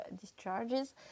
discharges